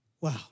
Wow